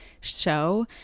show